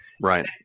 Right